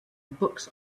books